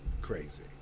crazy